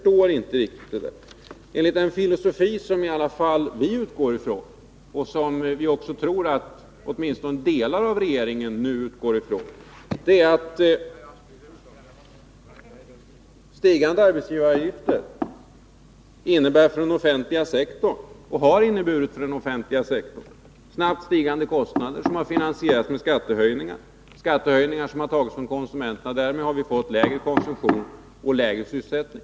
Enligt den filosofi som i alla fall vi utgår från, och som vi också tror att åtminstone delar av regeringen nu utgår från, innebär stigande arbetsgivaravgifter för den offentliga sektorn, snabbt stigande kostnader som har finansierats med skattehöjningar, som har tagits ut av konsumenterna. Därmed har vi fått lägre konsumtion och lägre sysselsättning.